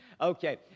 Okay